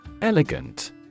Elegant